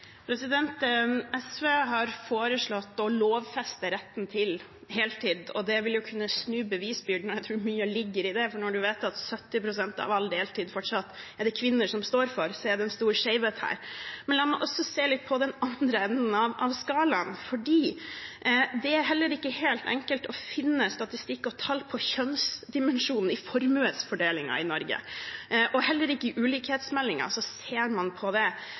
SV har foreslått å lovfeste retten til heltid, og det vil kunne snu bevisbyrden. Jeg tror mye ligger i det, for når man vet at 70 pst. av all deltid er det fortsatt kvinner som står for, er det en stor skjevhet her. La meg også se litt på den andre enden av skalaen, for det er heller ikke helt enkelt å finne statistikk og tall på kjønnsdimensjonen i formuesfordelingen i Norge. Heller ikke i ulikhetsmeldingen ser man på det.